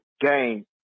game